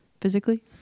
physically